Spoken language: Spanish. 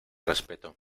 respeto